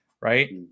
Right